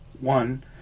One